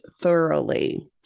thoroughly